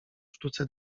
sztuce